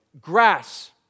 Grass